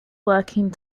working